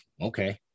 okay